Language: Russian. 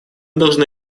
должны